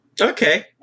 Okay